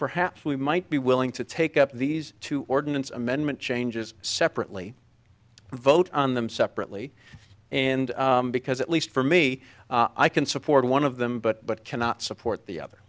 perhaps we might be willing to take up these two ordinance amendment changes separately vote on them separately and because at least for me i can support one of them but cannot support the other